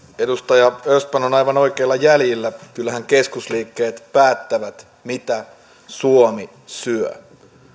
edustaja östman on aivan oikeilla jäljillä kyllähän keskusliikkeet päättävät mitä suomi syö